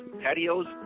patios